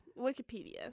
Wikipedia